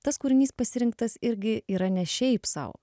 tas kūrinys pasirinktas irgi yra ne šiaip sau